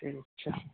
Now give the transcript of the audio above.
ठीक छै